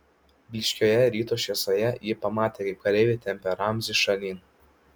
blyškioje ryto šviesoje ji pamatė kaip kareiviai tempia ramzį šalin